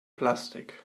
plastik